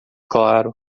claro